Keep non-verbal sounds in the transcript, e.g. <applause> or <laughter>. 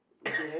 <coughs>